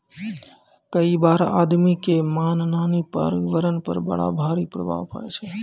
कई बार आदमी के मनमानी पर्यावरण पर बड़ा भारी पड़ी जाय छै